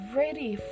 ready